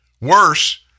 worse